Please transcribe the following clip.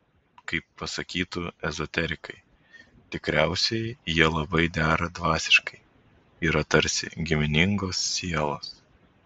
kaip pasakytų ezoterikai tikriausiai jie labai dera dvasiškai yra tarsi giminingos sielos